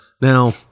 Now